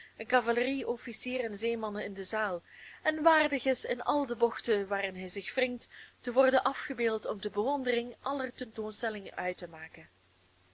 cavalerie officieren en zeemannen in de zaal en waardig is in al de bochten waarin hij zich wringt te worden afgebeeld om de bewondering aller tentoonstellingen uit te maken